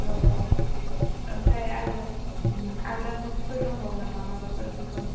औ औ ओमफ्राय आरो आलादा पस्तफोर दंबावो नामा माबाफोर गुबुन